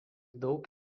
daug